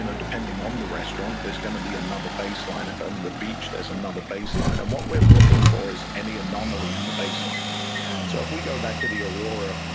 and depending on the restaurant, there's going to be another baseline. if i'm on and the beach, there's another baseline. and what we're looking for is any anomaly in the baseline so if we go back to the aurora